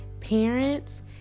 Parents